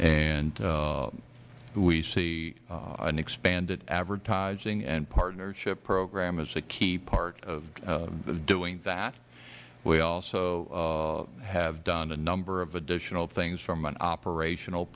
and we see an expanded advertising and partnership program as a key part of doing that we also have done a number of additional things from an operational